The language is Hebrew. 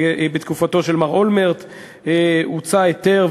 ובתקופתו של מר אולמרט הוצא היתר,